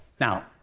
Now